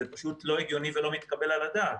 זה פשוט לא הגיוני ולא מתקבל על הדעת.